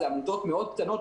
אלה עמותות קטנות מאוד,